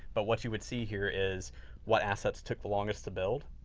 but what you would see here is what assets took the longest to build.